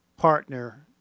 partner